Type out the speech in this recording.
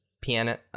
piano